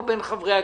כאן בין חברי הכנסת.